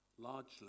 largely